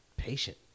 patient